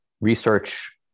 research